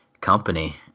company